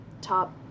top